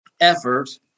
effort